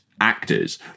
actors